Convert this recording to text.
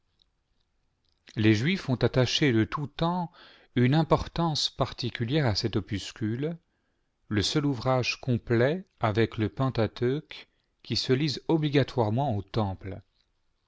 les juifs ont attaché de tout temps une importance particulière à cet opuscule le seul ouvrage complet avec le pentateuque qui se lise obligatoirement au temple